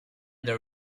there